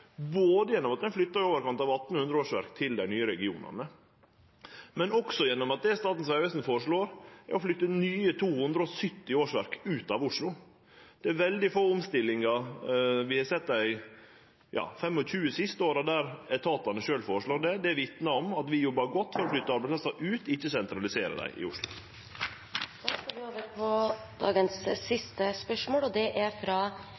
både gjennom at dei flyttar i overkant av 1 800 årsverk til dei nye regionane, og gjennom at dei føreslår å flytte nye 270 årsverk ut av Oslo. Det er veldig få omstillingar vi har sett dei 25 siste åra der etatane sjølve føreslår det. Det vitnar om at vi jobbar godt med å flytte arbeidsplassar ut, ikkje sentralisere dei i